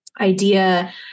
idea